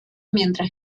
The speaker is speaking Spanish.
mientras